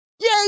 yay